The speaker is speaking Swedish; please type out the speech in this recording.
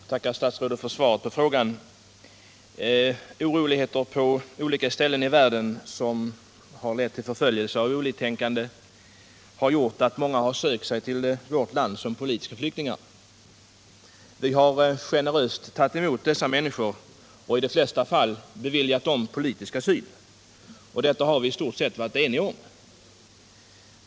Herr talman! Jag tackar statsrådet för svaret på frågan. Oroligheter på olika ställen i världen som har lett till förföljelse av oliktänkande har gjort att många har sökt sig till vårt land som politiska flyktingar. Vi har generöst tagit emot dem och i de flesta fall beviljat dem politisk asyl. Detta har vi i stort sett varit eniga om.